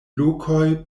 lokoj